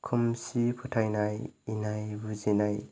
खोमसि फोथायनाय इनाय बुजिनाय